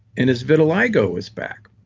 and his vitiligo was back.